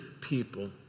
people